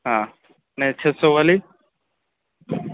હા ને છસો વાલી